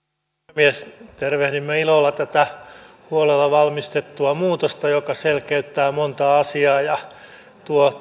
puhemies tervehdimme ilolla tätä huolella valmisteltua muutosta joka selkeyttää monta asiaa ja tuo